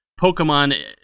Pokemon